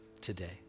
today